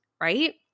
right